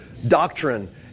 Doctrine